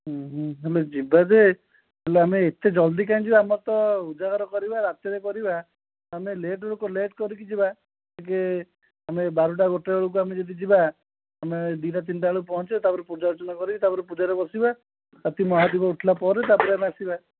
ଆମେ ଯିବା ଯେ ତା'ହେଲେ ଆମେ ଏତେ ଜଲ୍ଦି କାଇଁ ଯିବା ଆମର ତ ଉଜାଗର କରିବା ରାତିରେ କରିବା ଆମେ ଲେଟ୍ ଲୋକ କରିକି ଯିବା ଟିକିଏ ଆମେ ବାରଟା ଗୋଟେ ବେଳକୁ ଆମେ ଯଦି ଯିବା ଆମେ ଦୁଇଟା ତିନିଟା ବେଳକୁ ପହଞ୍ଚିବା ତା'ପରେ ପୂଜାର୍ଚ୍ଚନା କରିକି ତା'ପରେ ପୂଜାରେ ବସିବା ରାତି ମହାଦୀପ ଉଠିଲା ପରେ ତା'ପରେ ଆମେ ଆସିବା